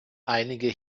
einige